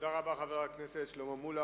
תודה רבה, חבר הכנסת שלמה מולה.